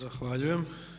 Zahvaljujem.